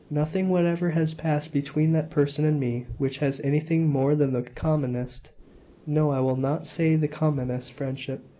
nothing whatever has passed between that person and me which has anything more than the commonest no, i will not say the commonest friendship,